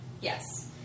Yes